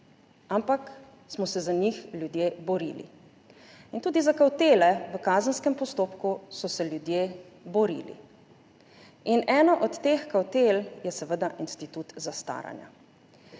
ampak smo se za njih ljudje borili. Tudi za kavtele v kazenskem postopku so se ljudje borili. Ena od teh kavtel je seveda institut zastaranja.